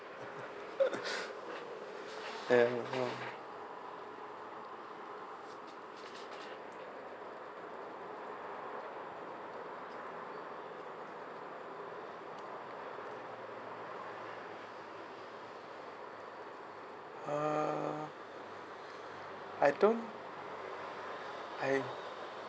ya uh I don't I